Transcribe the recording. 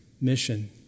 mission